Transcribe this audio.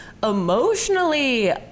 emotionally